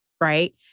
right